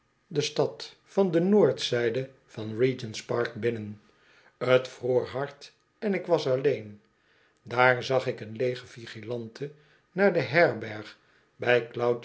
de stad van de noordzijde van regents park binnen t vroor hard en ik was alleen daar zag ik een leege vigilante naar de herberg bij